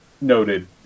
noted